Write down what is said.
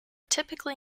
typically